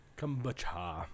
Kombucha